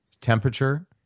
temperature